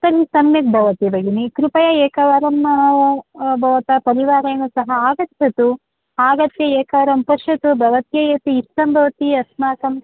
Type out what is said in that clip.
तत् सम्यक् भवति भगिनि कृपया एकवारं भवतः परिवारेण सह आगच्छतु आगत्य एकवारं पश्यतु भवत्य यत् इष्टं भवति अस्माकं